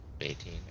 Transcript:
eighteen